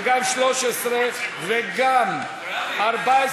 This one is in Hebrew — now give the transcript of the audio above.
וגם סעיף 13, וגם 14,